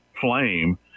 flame